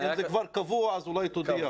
אם זה כבר קבוע, אולי תודיע.